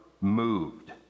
moved